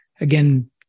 again